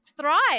thrive